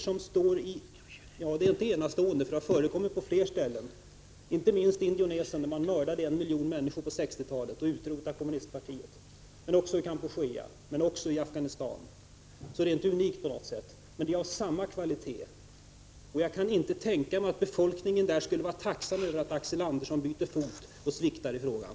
Men det var inte unikt, eftersom det förekommit liknande på flera andra ställen — inte minst i Indonesien där man på 1960-talet mördade en miljon människor och utrotade kommunistpartiet. Liknande har också hänt i Kampuchea och Afghanistan. Det är alltså inte på något sätt unikt, men det är av samma kvalitet. Jag kan inte tänka mig att befolkningen skulle vara tacksam för att Axel Andersson byter fot och sviktar i frågan.